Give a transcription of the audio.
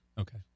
Okay